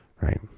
right